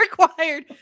required